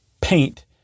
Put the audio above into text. paint